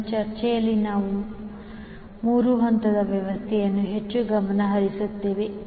ನಮ್ಮ ಚರ್ಚೆಯಲ್ಲಿ ನಾವು 3 ಹಂತದ ವ್ಯವಸ್ಥೆಯತ್ತ ಹೆಚ್ಚು ಗಮನ ಹರಿಸುತ್ತೇವೆ